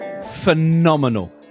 phenomenal